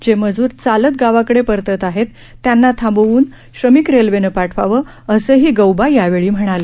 जे मजूर चालत गावाकडे परतत आहेत त्यांना थांबवून श्रमिक रेल्वेनं पाठवावं असंही गौबा यावेळी म्हणाले